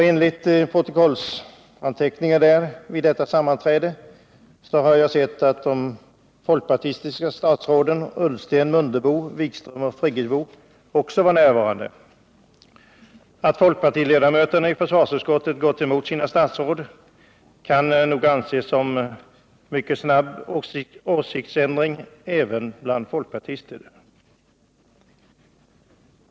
Enligt protokollsanteckningar från detta sammanträde var också de folkpartistiska statsråden Ullsten, Mundebo, Wikström och Friggebo närvarande. Att folkpartiledamöter i försvarsutskottet gått emot sina statsråd kan nog anses som en mycket snabb åsiktsändring även för att gälla folkpartister.